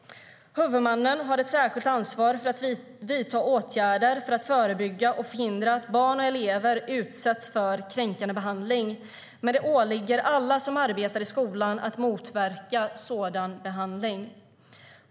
Huvudmannen har ett särskilt ansvar för att vidta åtgärder för att förebygga och förhindra att barn och elever utsätts för kränkande behandling, men det åligger alla som arbetar i skolan att motverka sådan behandling.